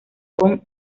con